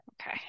Okay